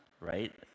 right